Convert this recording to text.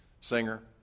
singer